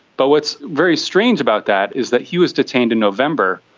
but what's very strange about that is that he was detained in november,